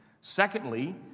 Secondly